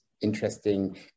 interesting